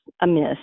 amiss